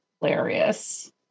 hilarious